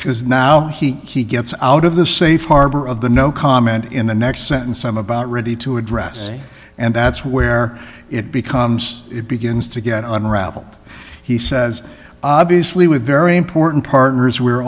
because now he gets out of the safe harbor of the no comment in the next sentence i'm about ready to address and that's where it becomes it begins to get unraveled he says obviously with very important partners we're